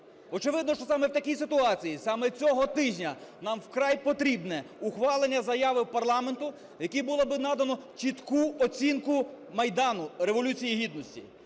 Очевидно, що саме в такій ситуації, саме цього тижня нам вкрай потрібне ухвалення заяви парламенту, в якій би було надано чітку оцінку Майдану, Революції Гідності.